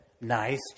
Nice